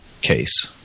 case